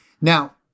Now